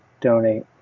donate